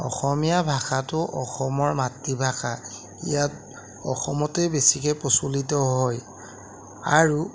অসমীয়া ভাষাটো অসমৰ মাতৃভাষা ইয়াত অসমতেই বেছিকৈ প্ৰচলিত হয় আৰু